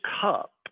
cup